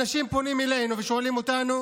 אנשים פונים אלינו ושואלים אותנו